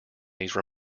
these